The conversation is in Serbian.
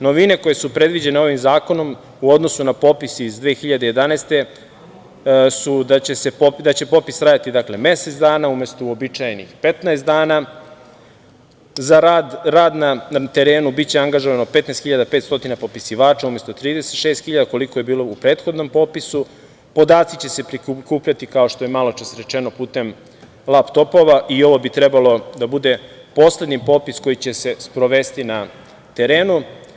Novine koje su predviđene ovim zakonom u odnosu na popis iz 2011. godine su da će popis trajati mesec dana umesto uobičajenih 15 dana, za rad na terenu biće angažovano 15.500 popisivača umesto 36.000, koliko je bilo u prethodnom popisu, podaci će se prikupljati kao što je malo čas rečeno putem lap topova i ovo bi trebalo da bude poslednji popis koji će se sprovesti na terenu.